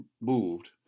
moved